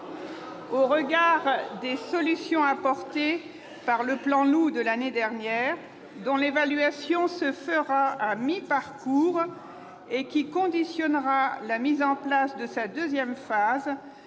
Au regard des solutions apportées par le plan Loup de l'année dernière, dont l'évaluation à mi-parcours conditionnera la mise en place de la deuxième phase,